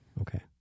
Okay